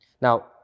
Now